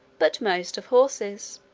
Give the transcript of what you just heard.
but most of horses.